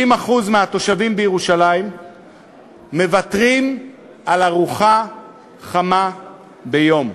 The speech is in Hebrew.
50% מהתושבים בירושלים מוותרים על ארוחה חמה ביום.